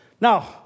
Now